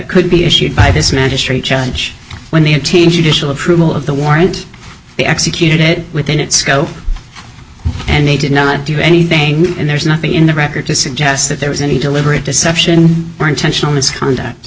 could be issued by this magistrate judge when they obtain judicial approval of the warrant they executed it within its scope and they did not do anything and there's nothing in the record to suggest that there was any deliberate deception or intentional misconduct